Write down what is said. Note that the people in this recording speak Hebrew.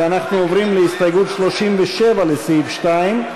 אנחנו עוברים להסתייגות 37 לסעיף 2,